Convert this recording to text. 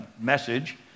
message